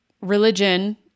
religion